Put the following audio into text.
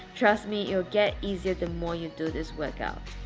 trust me it'll get easier the more you do this workout.